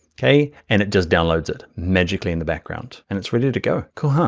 okay, and it just downloads it magically in the background. and it's ready to go. cool? ah